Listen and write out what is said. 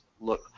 look